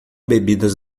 bebidas